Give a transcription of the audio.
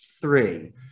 three